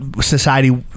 society